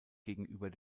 gegenüber